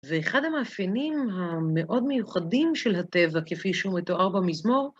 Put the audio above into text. ואחד המאפיינים המאוד מיוחדים של הטבע, כפי שהוא מתואר במזמור,